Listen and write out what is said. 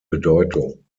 bedeutung